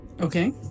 okay